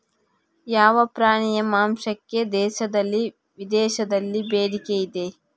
ಯಾವ ಪ್ರಾಣಿಯ ಮಾಂಸಕ್ಕೆ ದೇಶದಲ್ಲಿ ವಿದೇಶದಲ್ಲಿ ಬೇಡಿಕೆ ಇದೆ?